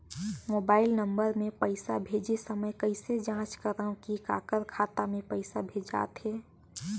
Mobile number मे पइसा भेजे समय कइसे जांच करव की काकर खाता मे पइसा भेजात हे?